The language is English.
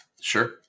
Sure